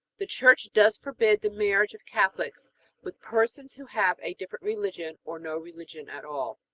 the church does forbid the marriage of catholics with persons who have a different religion or no religion at all.